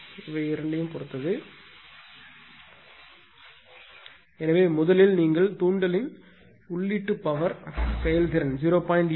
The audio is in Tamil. இவை இரண்டும் எனவே முதலில் நீங்கள் தூண்டலின் உள்ளீட்டு பவர் செயல்திறன் 0